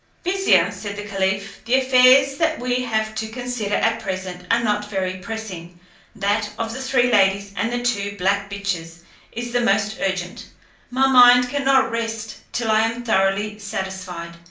vizier, said the caliph, the affairs that we have to consider at present are not very pressing that of the three ladies and the two black bitches is the most urgent my mind cannot rest till i am thoroughly satisfied,